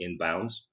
inbounds